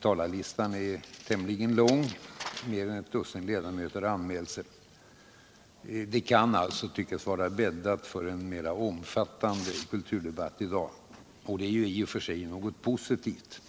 Talarlistan är tämligen lång — mer än ett dussin ledamöter har anmält sig. Det kan alltså tyckas vara bäddat för en mer omfattande kulturdebatt i dag. Det är i och för sig något positivt.